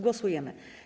Głosujemy.